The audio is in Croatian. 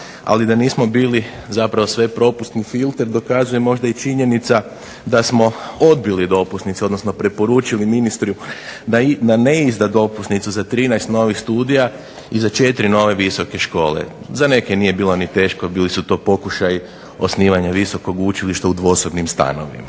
ali da nismo bili zapravo sve propusni filter dokazuje možda i činjenica da smo odbili dopusnicu, odnosno preporučili ministru da ne izda dopusnicu za 13 novih studija i za 4 nove visoke škole. Za neke nije bilo ni teško, bili su to pokušaji osnivanja visokog učilišta u dvosobnim stanovima.